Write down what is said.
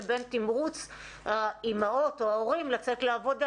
לבין תמרוץ האימהות או ההורים לצאת לעבודה?